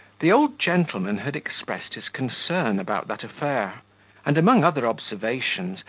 the old gentleman had expressed his concern about that affair and, among other observations,